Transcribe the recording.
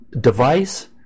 device